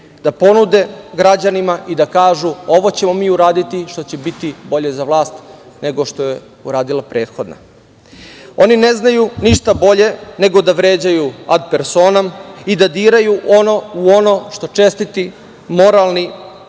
da ponude građanima i da kažu – ovo ćemo mi uraditi što će biti bolje za vlast nego što je uradila prethodna. Oni ne znaju ništa bolje nego da vređaju at personom i da diraju u ono što čestiti, moralni